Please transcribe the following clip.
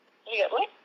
sorry what